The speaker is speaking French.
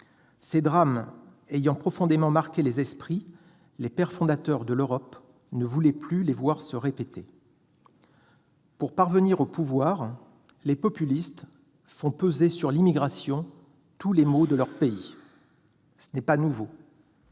Ces drames ayant profondément marqué les esprits, les pères fondateurs de l'Europe ne voulaient plus les voir se répéter. Pour parvenir au pouvoir, les populistes font peser sur l'immigration la responsabilité de tous les maux de leur pays. Ce n'est pas nouveau.